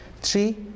Three